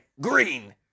Green